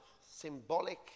symbolic